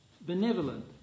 benevolent